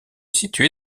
situé